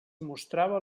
mostrava